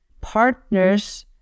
partners